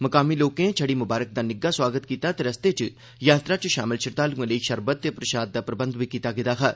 मकामी लोकें छड़ी मुबारक दा निग्गा सोआगत कीता ते रस्ते च यात्रा च शामल श्रद्दालुए लेई शरबत ते प्रशाद दा प्रबंध कीता गेदा हा